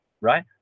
right